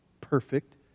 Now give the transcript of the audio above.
perfect